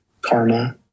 karma